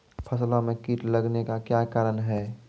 फसलो मे कीट लगने का क्या कारण है?